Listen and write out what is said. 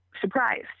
surprised